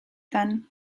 then